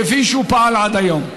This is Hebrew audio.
כפי שהוא פעל עד היום.